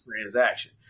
transaction